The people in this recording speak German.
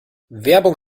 werbung